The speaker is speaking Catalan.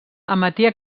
emetia